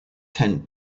tent